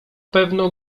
pewno